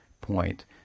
point